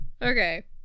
Okay